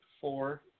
four